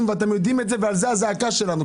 ואתם יודעים את זה ועל זה הזעקה שלנו.